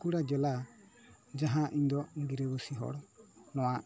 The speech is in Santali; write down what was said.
ᱵᱟᱸᱠᱩᱲᱟ ᱡᱮᱞᱟ ᱡᱟᱦᱟᱸ ᱤᱧ ᱫᱚ ᱜᱤᱨᱟᱹᱵᱟᱹᱥᱤ ᱦᱚᱲ ᱱᱚᱣᱟ